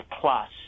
plus